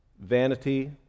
vanity